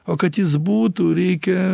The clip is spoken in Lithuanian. o kad jis būtų reikia